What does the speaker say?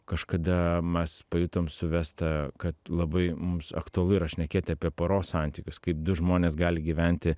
kažkada mes pajutom su vesta kad labai mums aktualu yra šnekėti apie poros santykius kaip du žmonės gali gyventi